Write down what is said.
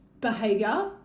behavior